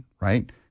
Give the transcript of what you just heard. right